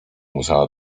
musiała